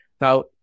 Now